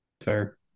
Fair